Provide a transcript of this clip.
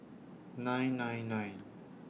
nine nine nine